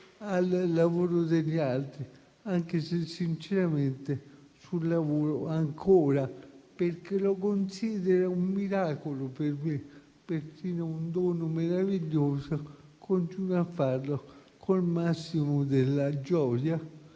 al lavoro degli altri, anche se sinceramente lavoro ancora, perché lo considero un miracolo per me, perfino un dono meraviglioso. Continuo a farlo con il massimo della gioia,